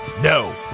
No